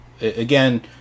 again